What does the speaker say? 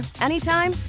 anytime